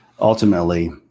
Ultimately